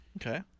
Okay